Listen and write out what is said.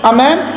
Amen